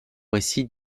récit